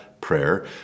prayer